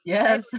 Yes